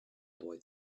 boy